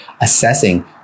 assessing